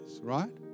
right